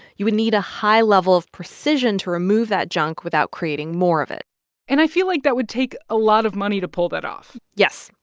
you would need a high level of precision to remove that junk without creating more of it and i feel like that would take a lot of money to pull that off yes.